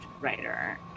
writer